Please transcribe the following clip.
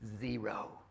Zero